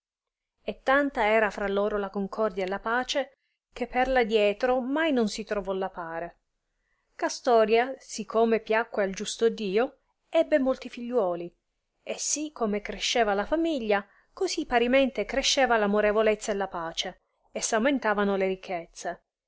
e tanta era fra loro la concordia e la pace che per l adietro mai non si trovò la pare castoria si come piacque al giusto dio ebbe molti figliuoli e sì come cresceva la famiglia cosi parimente cresceva amorevolezza e la pace e s aumentavano le ricchezze